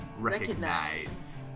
Recognize